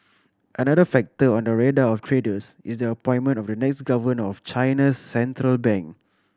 another factor on the radar of traders is the appointment of the next governor of China's central bank